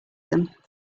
them